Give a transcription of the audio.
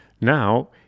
Now